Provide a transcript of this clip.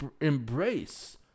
embrace